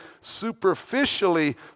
superficially